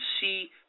see